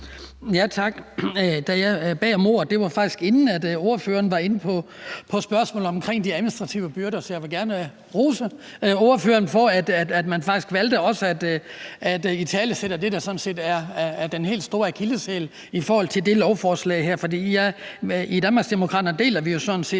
var det faktisk, inden ordføreren var inde på spørgsmålet om de administrative byrder. Jeg vil gerne rose ordføreren for, at man faktisk valgte også at italesætte det, der sådan set er den helt store akilleshæl i forhold til det lovforslag her. I Danmarksdemokraterne deler vi sådan set